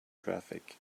traffic